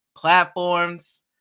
platforms